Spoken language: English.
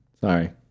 Sorry